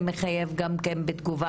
זה מחייב גם כן בתגובה.